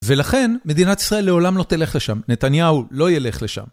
ולכן מדינת ישראל לעולם לא תלך לשם, נתניהו לא ילך לשם.